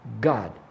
God